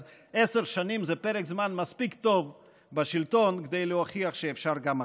אז עשר שנים זה פרק זמן מספיק טוב בשלטון כדי להוכיח שאפשר גם אחרת.